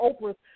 Oprah's